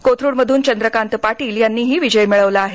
कोथरूडमध्रन चंद्रकांत पाटील यांनी विजय मिळवला आहे